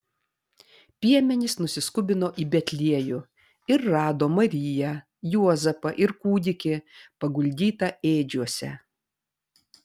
piemenys nusiskubino į betliejų ir rado mariją juozapą ir kūdikį paguldytą ėdžiose